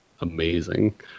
amazing